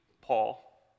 Paul